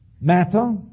matter